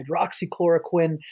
hydroxychloroquine